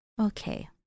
Okay